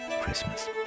Christmas